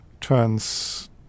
turns